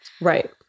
Right